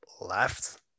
left